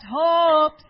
hope